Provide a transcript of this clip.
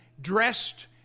dressed